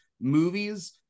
movies